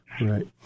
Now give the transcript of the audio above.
Right